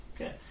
Okay